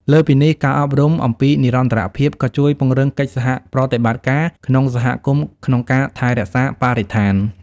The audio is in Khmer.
លើសពីនេះ ការអប់រំអំពីនិរន្តរភាពក៏ជួយពង្រឹងកិច្ចសហប្រតិបត្តិការក្នុងសហគមន៍ក្នុងការថែរក្សាបរិស្ថាន។